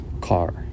car